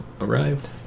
arrived